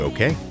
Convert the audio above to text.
Okay